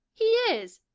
he is!